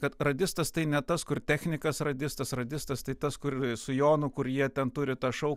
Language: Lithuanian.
kad radistas tai ne tas kur technikas radistas radistas tai tas kur su jonu kur jie ten turi tą šou